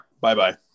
Bye-bye